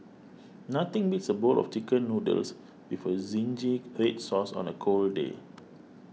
nothing beats a bowl of Chicken Noodles with Zingy Red Sauce on a cold day